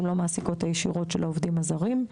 הן לא מעסיקות הישירות של העובדים הזרים.